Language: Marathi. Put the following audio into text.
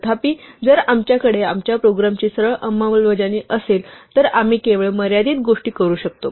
तथापि जर आमच्याकडे आमच्या प्रोग्रामची सरळ अंमलबजावणी असेल तर आम्ही केवळ मर्यादित गोष्टी करू शकतो